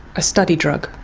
a study drug?